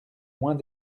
moins